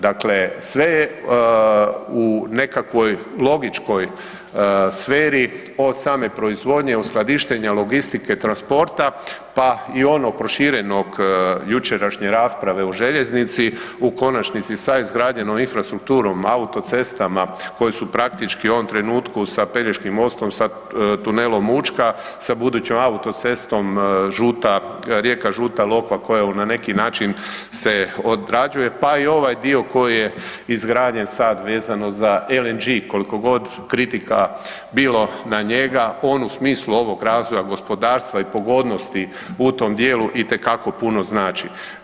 Dakle, sve je u nekakvoj logičkoj sferi, od same proizvodnje, od skladištenja, logistike, transporta pa i ono proširenog, jučerašnje rasprave o željeznici, u konačnici sa izgrađenom infrastrukturom, autocestama, koje su praktički u ovom trenutku sa Pelješkim mostom, sa tunelom Učka, sa budućom autocestom Rijeka-Žuta Lokva koja je na neki način se obrađuje pa i ovaj dio koji je izgrađen sad vezano za LNG, koliko god kritika bilo na njega, on u smislu ovog razvoja gospodarstva i pogodnosti u tom djelu, itekako puno znači.